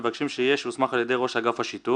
אנחנו מבקשים שיהיה: "שהוסמך על ידי ראש אגף השיטור".